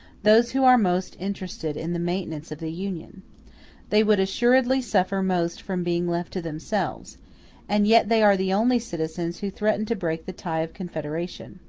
those who are most interested in the maintenance of the union they would assuredly suffer most from being left to themselves and yet they are the only citizens who threaten to break the tie of confederation.